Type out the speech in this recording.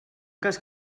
cas